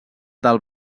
del